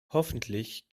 hoffentlich